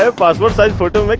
ah passport size photo like